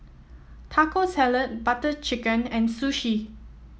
Taco Salad Butter Chicken and Sushi